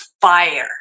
fire